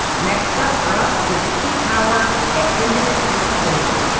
next up for us is q tower at hyndman, pennsylvania,